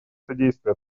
содействие